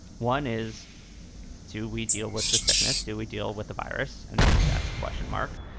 one is to we deal with the sickness. do we deal with the virus? and that's a question mark.